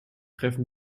treffen